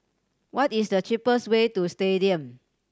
what is the cheapest way to Stadium